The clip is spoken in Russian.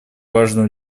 важно